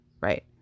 right